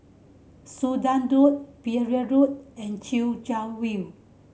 Sudan Road Pereira Road and Chwee Chian View